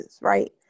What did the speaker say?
right